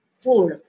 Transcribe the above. food